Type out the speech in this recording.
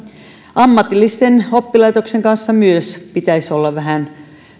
ammatillisten oppilaitosten kanssa pitäisi olla vähän